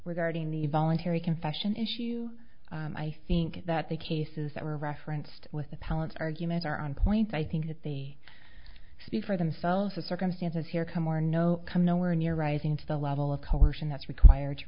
regarding the voluntary confession issue i think that the cases that were referenced with the palettes argument are on point i think that they speak for themselves the circumstances here come or no come nowhere near rising to the level of coercion that's required to